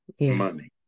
money